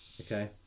okay